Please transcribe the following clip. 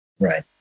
Right